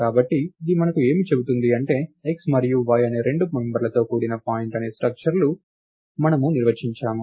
కాబట్టి ఇది మనకు ఏమి చెబుతుంది అంటే x మరియు y అనే రెండు మెంబర్లతో కూడిన పాయింట్ అనే స్ట్రక్చర్ను మనము నిర్వచించాము